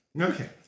Okay